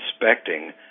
inspecting